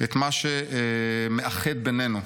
את מה שמאחד בינינו.